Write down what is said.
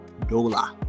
Dola